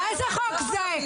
איזה חוק זה?